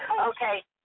Okay